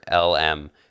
lm